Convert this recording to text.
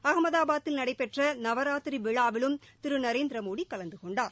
அகமதாபாத்தில் நடைபெற்ற நவராத்திரி விழாவிலும் திரு நரேந்திர மோடி கலந்து கொண்டார்